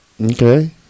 Okay